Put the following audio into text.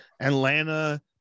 Atlanta